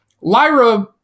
Lyra